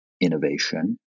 innovation